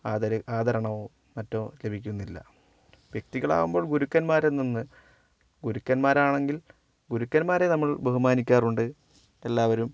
ആദരവ് ആദരണമോ മറ്റോ ലഭിക്കുന്നില്ല വ്യക്തികളാകുമ്പോൾ ഗുരുക്കൻന്മാരിൽ നിന്ന് ഗുരുക്കന്മാരാണെങ്കിൽ ഗുരുക്കന്മാരെ നമ്മൾ ബഹുമാനിക്കാറുണ്ട് എല്ലാവരും